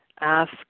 ask